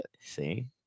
See